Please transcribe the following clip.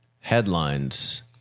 headlines